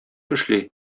эшли